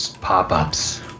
pop-ups